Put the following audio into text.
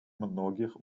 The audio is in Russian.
многих